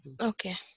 Okay